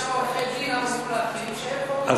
ושעורכי-הדין אמרו להם, לא אלה שיש להם.